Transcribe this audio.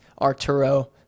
arturo